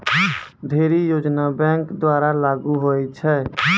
ढ़ेरी योजना बैंक द्वारा लागू होय छै